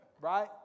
Right